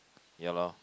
ya lor